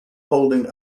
holding